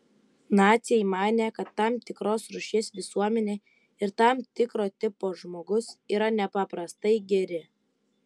naciai manė kad tam tikros rūšies visuomenė ir tam tikro tipo žmogus yra nepaprastai geri